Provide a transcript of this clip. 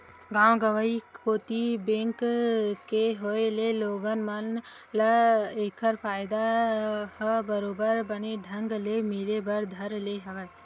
गाँव गंवई कोती बेंक के होय ले लोगन मन ल ऐखर फायदा ह बरोबर बने ढंग ले मिले बर धर ले हवय